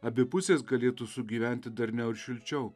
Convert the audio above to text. abi pusės galėtų sugyventi darniau ir šilčiau